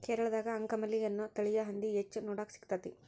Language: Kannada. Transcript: ಕೇರಳದಾಗ ಅಂಕಮಲಿ ಅನ್ನೋ ತಳಿಯ ಹಂದಿ ಹೆಚ್ಚ ನೋಡಾಕ ಸಿಗ್ತೇತಿ